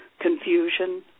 confusion